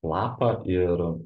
lapą ir